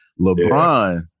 LeBron